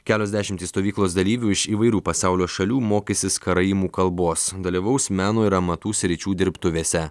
kelios dešimtys stovyklos dalyvių iš įvairių pasaulio šalių mokysis karaimų kalbos dalyvaus meno ir amatų sričių dirbtuvėse